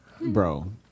Bro